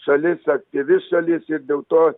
šalis aktyvi šalis ir dėl to